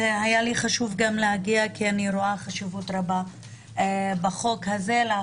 העיקרון לקחת את הדגימות הוא לא כדי לסייע למשטרה,